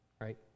right